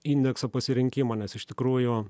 indekso pasirinkimą nes iš tikrųjų